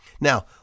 Now